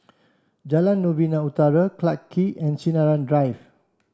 Jalan Novena Utara Clarke and Sinaran Drive